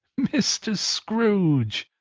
mr. scrooge.